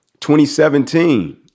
2017